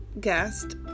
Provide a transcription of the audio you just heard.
guest